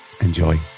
Enjoy